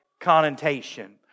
connotation